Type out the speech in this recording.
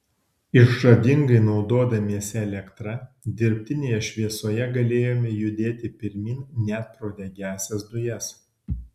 išradingai naudodamiesi elektra dirbtinėje šviesoje galėjome judėti pirmyn net pro degiąsias dujas